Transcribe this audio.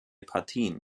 partien